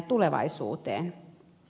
puhemies